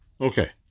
Okay